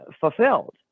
fulfilled